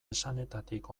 esanetatik